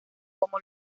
como